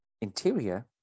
Interior